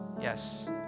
yes